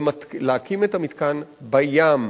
להקים את המתקן בים.